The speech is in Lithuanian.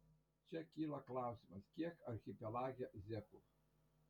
čia kyla klausimas kiek archipelage zekų